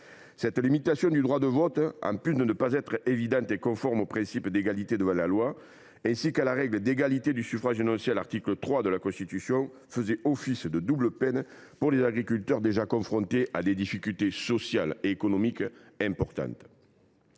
Cette limitation du droit de vote, en plus de ne pas être évidente ni conforme au principe d’égalité devant la loi, ainsi qu’à la règle de l’égalité du suffrage énoncée à l’article 3 de la Constitution, constituait une double peine pour des agriculteurs déjà confrontés à des difficultés sociales et économiques importantes.